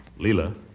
Leela